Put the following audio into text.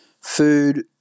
food